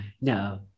no